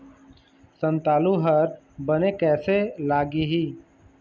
संतालु हर बने कैसे लागिही?